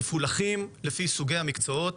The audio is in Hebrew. מפולחות לפי סוגי המקצועות.